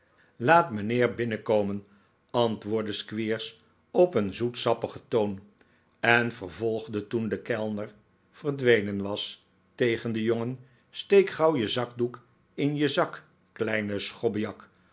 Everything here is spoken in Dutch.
laat mijnheer biffnenkomen antwoordde squeers op een zoetsappigen toon en vervolgde toen de kellner verdwenen was tegen den jongen steek gauw je zakdoek in je zak kleine